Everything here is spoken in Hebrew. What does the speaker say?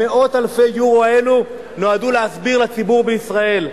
מאות אלפי היורו האלה נועדו להסביר לציבור בישראל.